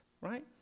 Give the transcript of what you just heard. right